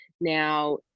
now